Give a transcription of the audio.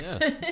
Yes